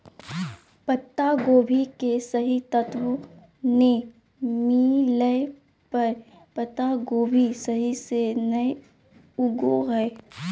पत्तागोभी के सही तत्व नै मिलय पर पत्तागोभी सही से नय उगो हय